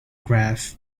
graph